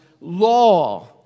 law